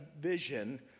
vision